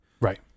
right